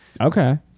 Okay